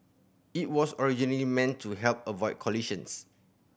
it was originally meant to help avoid collisions